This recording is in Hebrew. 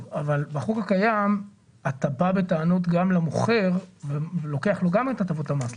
בחוק הקיים אתה בא בטענות גם למוכר ולוקח לו גם את הטבות המס.